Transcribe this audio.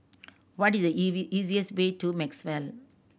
what is the easiest way to Maxwell